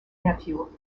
nephew